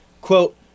quote